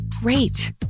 great